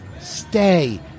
stay